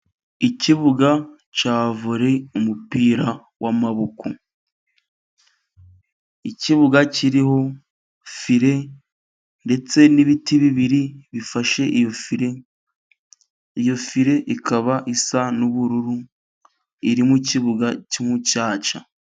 Ikibuga cya vore, umupira w'amaboko. Ikibuga kiriho fire, ndetse n'ibiti bibiri bifashe iyo fire, iyo fire ikaba isa n'ubururu, iri mu kibuga cy'umucaca.